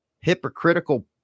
Hypocritical